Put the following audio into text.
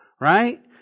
right